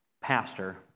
pastor